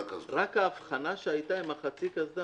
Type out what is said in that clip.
רק ההבחנה שהיתה עם החצי קסדה,